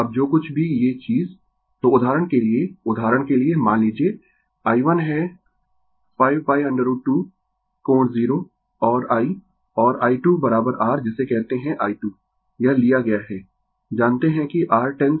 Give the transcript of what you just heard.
अब जो कुछ भी ये चीज तो उदाहरण के लिए उदाहरण के लिए मान लीजिए i1 है 5√ 2 कोण 0 और I और i2 r जिसे कहते है i2 यह लिया गया है जानते है कि r 10 sin ω t 60 o है